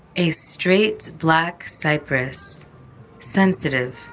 a straight black cypress sensitive,